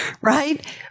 right